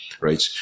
Right